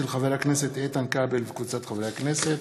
של חבר הכנסת איתן כבל וקבוצת חברי הכנסת.